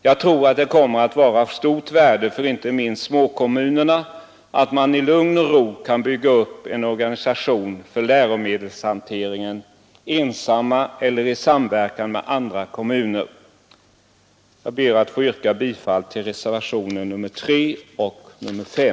Jag tror att det kommer att vara av stort värde för inte minst småkommunerna att de i lugn och ro kan bygga upp en organisation för läromedelshanteringen, ensamma eller i samverkan med andra kommuner. Jag ber att få yrka bifall till reservationerna 3 och 5.